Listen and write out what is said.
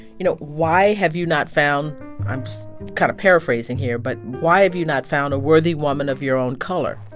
you know, why have you not found i'm kind of paraphrasing here, but why have you not found a worthy woman of your own color?